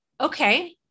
okay